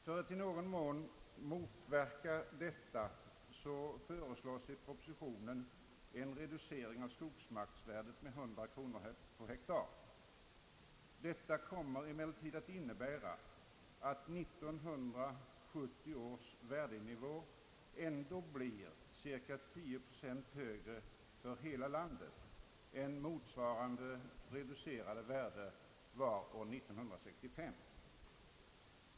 För att i någon mån motverka detta föreslås i propositionen en reducering av skogsvärdet med 100 kronor per hektar skogsmark. Detta kommer emellertid att innebära att 1970 års värdenivå ändå blir cirka 10 procent högre för landet än motsvarande reducerade värde år 1965.